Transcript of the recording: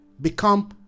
become